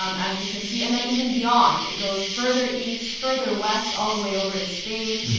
um as we can see and then even beyond, it goes further east, further west, all the way over to spain.